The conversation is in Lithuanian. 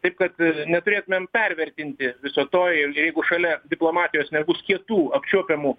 taip kad neturėtumėm pervertinti viso to jeigu šalia diplomatijos nebus kietų apčiuopiamų